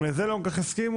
גם לזה לא כל כך הסכימו.